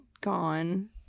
gone